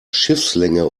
schiffslänge